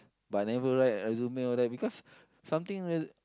but I never write resume all that because something re~